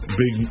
big